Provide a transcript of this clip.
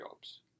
jobs